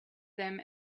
them